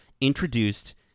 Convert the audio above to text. introduced